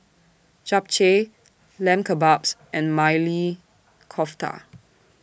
Japchae Lamb Kebabs and Maili Kofta